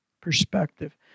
perspective